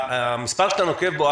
המספר שאתה נוקב בו,